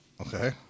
Okay